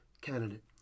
candidate